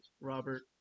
Robert